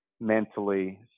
mentally